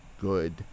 good